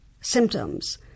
symptoms